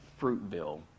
Fruitville